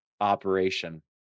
operation